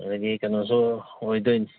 ꯑꯗꯒꯤ ꯀꯩꯅꯣꯁꯨ ꯑꯣꯏꯗꯣꯏꯅꯦ